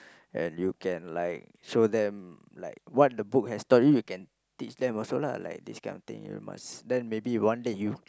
and you can like show them like what the book has story you can teach them also lah this this kind of thing you must then maybe one day you